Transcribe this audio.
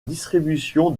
distribution